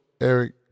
Eric